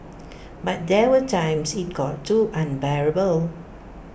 but there were times IT got too unbearable